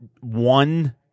one